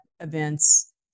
Events